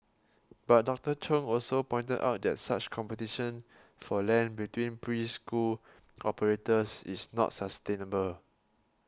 but Doctor Chung also pointed out that such competition for land between preschool operators is not sustainable